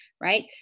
right